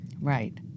Right